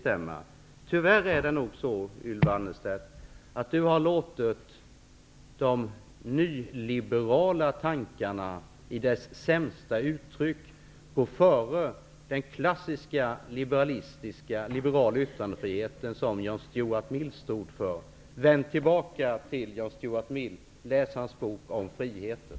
Tyvärr har nog Ylva Annerstedt låtit de nyliberala tankarna i deras sämsta uttryck gå före den klassiska liberala yttrandefriheten som John Stuart Mill stod för. Vänd tillbaka till John Stuart Mill och läs hans bok om friheten!